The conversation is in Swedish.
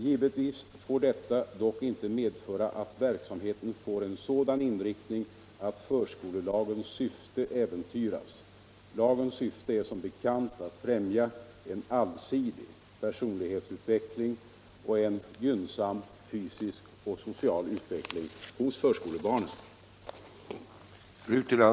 Givetvis får detta dock inte medföra att verksamheten ges eh sådan inriktning att förskolelagens syfte äventyras. Lagens syfte är som bekant att främja en allsidig personlighetsutveckling och en gynnsam fysisk och social utveckling hos förskolebarnen.